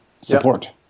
support